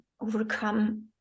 overcome